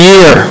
Year